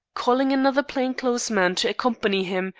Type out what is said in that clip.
calling another plain-clothes man to accompany him,